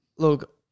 Look